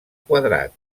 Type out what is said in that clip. quadrat